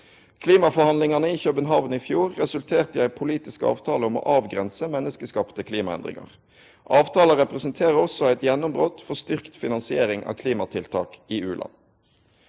Klimaforhandlingane i København i fjor resulterte i ei politisk avtale om å avgrense menneskeskapte klimaendringar. Avtala representerer også eit gjennombrott for styrkt finansiering av klimatiltak i u-land.